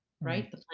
right